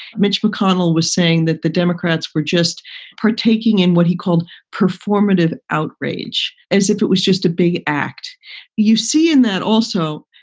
mitch mcconnell was saying that the democrats were just partaking in what he called performative outrage as if it was just a big act you see in that. also,